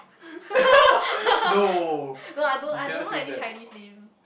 no I don't I don't know any Chinese name